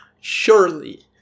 Surely